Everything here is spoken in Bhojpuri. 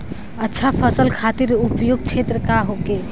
अच्छा फसल खातिर उपयुक्त क्षेत्र का होखे?